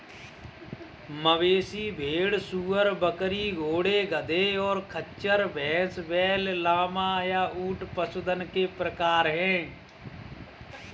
मवेशी, भेड़, सूअर, बकरी, घोड़े, गधे, और खच्चर, भैंस, बैल, लामा, या ऊंट पशुधन के प्रकार हैं